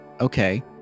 okay